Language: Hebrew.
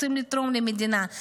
הם רוצים לתרום למדינה,